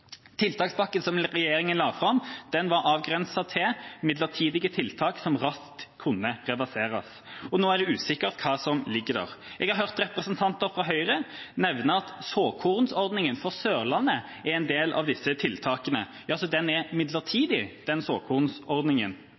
Tiltakspakken som regjeringa la fram, var avgrenset til midlertidige tiltak som raskt kunne reverseres, og nå er det usikkert hva som ligger der. Jeg har hørt representanter fra Høyre nevne at såkornordninga for Sørlandet er en del av disse tiltakene. Den er altså midlertidig, den